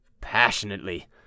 Passionately